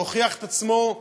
שהוכיח את עצמו,